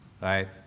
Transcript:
Right